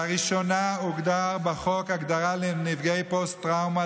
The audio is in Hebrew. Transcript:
לראשונה הוגדרה בחוק הגדרה לנפגעי פוסט-טראומה,